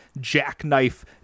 jackknife